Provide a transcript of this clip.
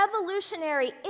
revolutionary